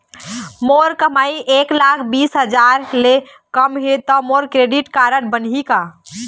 मोर कमाई एक लाख बीस हजार ले कम हे त मोर क्रेडिट कारड बनही का?